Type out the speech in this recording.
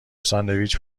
ساندویچ